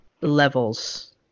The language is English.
levels